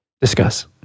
discuss